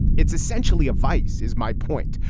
it's essentially a vice is my point.